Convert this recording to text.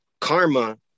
karma